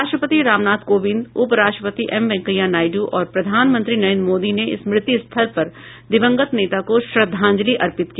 राष्ट्रपति रामनाथ कोविंद उपराष्ट्रपति एम वेंकैया नायड् और प्रधानमंत्री नरेन्द्र मोदी ने स्मृति स्थल पर दिवंगत नेता को श्रद्धांजलि अर्पित की